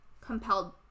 compelled